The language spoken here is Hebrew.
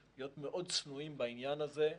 להיות מאוד צנועים בעניין הזה.